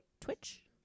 Twitch